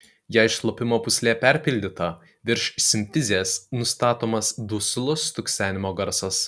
jei šlapimo pūslė perpildyta virš simfizės nustatomas duslus stuksenimo garsas